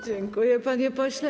Dziękuję, panie pośle.